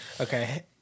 Okay